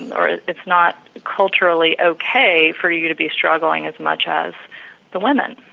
or it's not culturally okay for you to be struggling as much as the women